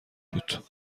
بود